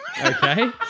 Okay